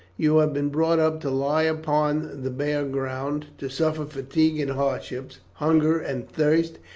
you have been brought up to lie upon the bare ground, to suffer fatigue and hardship, hunger and thirst,